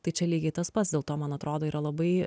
tai čia lygiai tas pats dėl to man atrodo yra labai